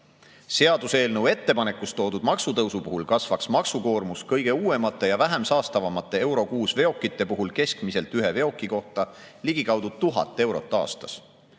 Seaduseelnõu ettepanekus toodud maksutõusu puhul kasvaks maksukoormus kõige uuemate ja vähemsaastavamate EUROVI veokite puhul keskmiselt ühe veoki kohta ligikaudu 1000 eurot aastas.